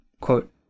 Quote